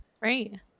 right